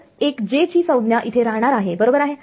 तर एक j ची संज्ञा इथे राहणार आहे बरोबर आहे